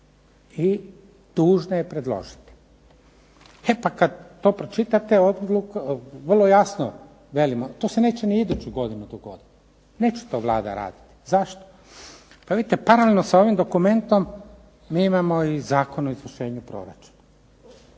i dužna je predložiti. E pa kad to pročitate vrlo jasno, velim to se neće ni iduću godinu dogoditi, neće to Vlada raditi, zašto? Pa vidite paralelno s ovim dokumentom mi imamo i Zakon o izvršenju proračuna.